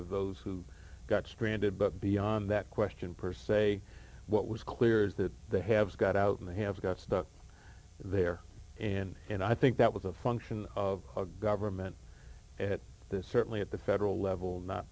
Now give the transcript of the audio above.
of those who got stranded but beyond that question per se what was clear is that they have got out and they have got stuck there and and i think that was a fun of the government at this certainly at the federal level not